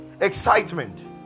excitement